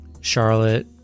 Charlotte